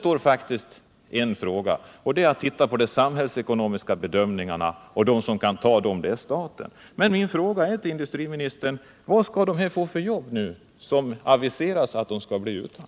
Då återstår det att se på de samhällsekonomiska bedömningarna — och den som är bäst lämpad att klara detta är staten.